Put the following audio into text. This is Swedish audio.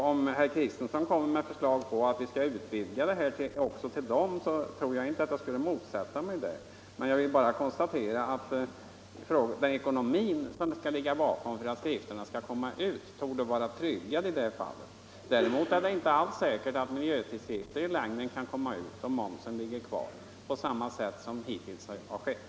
Om herr Kristenson kommer med förslag att utvidga befrielsen från mervärdeskatt också till dem, tror jag inte jag skulle motsätta mig detta, men jag vill bara konstatera att mycket hänger på den ekonomi som skall ligga bakom för att tidskrifterna skall kunna komma ut. Det är inte säkert att miljötidskrifter kan komma ut om de belastas med moms på sätt som hittills skett.